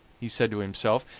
he said to himself,